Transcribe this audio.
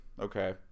okay